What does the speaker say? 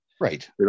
Right